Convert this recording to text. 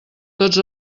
tots